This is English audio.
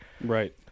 Right